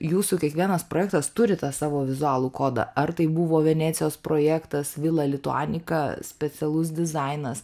jūsų kiekvienas projektas turi tą savo vizualų kodą ar tai buvo venecijos projektas vila lituanika specialus dizainas